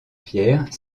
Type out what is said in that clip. pierre